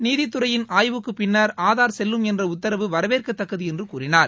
நீதித்துறையின் ஆய்வுக்கு பின்னர் ஆதார் செல்லும் என்ற உத்தரவு வரவேற்கத்தக்கது என்று கூறினார்